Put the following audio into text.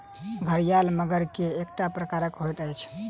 घड़ियाल मगर के एकटा प्रकार होइत अछि